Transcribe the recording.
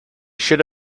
should